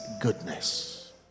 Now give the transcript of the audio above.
goodness